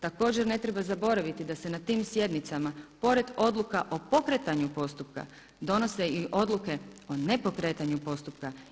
Također ne treba zaboraviti da se na tim sjednicama pored odluka o pokretanju postupka donose i odluke o nepokretanju postupka.